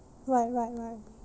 right right right